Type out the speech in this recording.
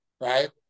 right